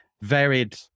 Varied